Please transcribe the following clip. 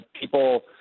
people